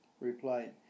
replied